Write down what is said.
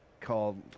called